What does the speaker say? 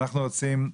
אנחנו רוצים,